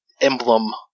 emblem